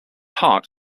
heart